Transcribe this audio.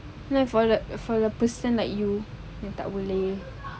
you know for the for the person you tak boleh